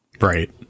right